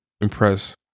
impress